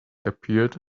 appeared